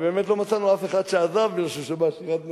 ובאמת לא מצאנו אף אחד שעזב מפני שבאה שירת נשים.